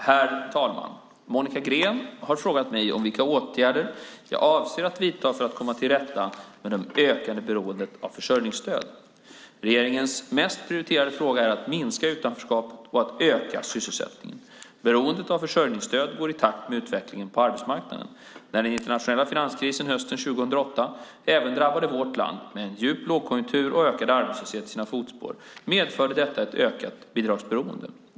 Herr talman! Monica Green har frågat mig vilka åtgärder jag avser att vidta för att komma till rätta med det ökade beroendet av försörjningsstöd. Regeringens mest prioriterade fråga är att minska utanförskapet och att öka sysselsättningen. Beroendet av försörjningsstöd går i takt med utvecklingen på arbetsmarknaden. När den internationella finanskrisen hösten 2008 även drabbade vårt land, med en djup lågkonjunktur och ökad arbetslöshet i sina fotspår, medförde detta ett ökat bidragsberoende.